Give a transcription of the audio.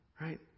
Right